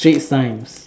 Straits-Times